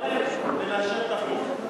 שהממשלה תשתנה ונאשר את החוק.